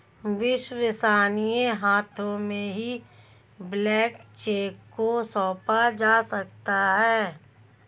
विश्वसनीय हाथों में ही ब्लैंक चेक को सौंपा जा सकता है